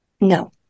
No